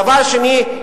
דבר שני,